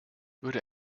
würde